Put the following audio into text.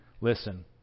listen